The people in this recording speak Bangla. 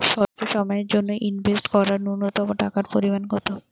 স্বল্প সময়ের জন্য ইনভেস্ট করার নূন্যতম টাকার পরিমাণ কত?